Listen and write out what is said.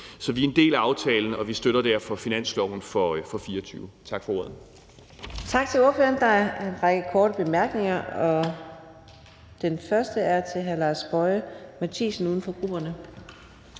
Så vi er en del af aftalen, og vi støtter derfor finansloven for 2024. Tak for ordet.